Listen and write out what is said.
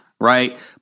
right